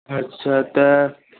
अच्छा तऽ